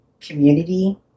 community